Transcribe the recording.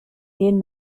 gehen